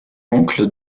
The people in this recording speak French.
oncle